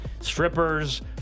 strippers